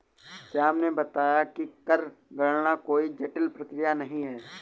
श्याम ने बताया कि कर गणना कोई जटिल प्रक्रिया नहीं है